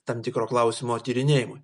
tam tikro klausimo tyrinėjimui